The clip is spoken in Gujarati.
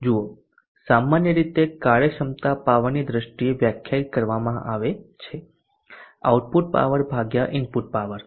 જુઓ સામાન્ય રીતે કાર્યક્ષમતા પાવરની દ્રષ્ટિએ વ્યાખ્યાયિત કરવામાં આવે છે આઉટપુટ પાવર ભાગ્યા ઇનપુટ પાવર